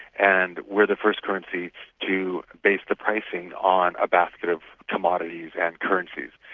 and we are the first currency to base the pricing on a basket of commodities and currencies.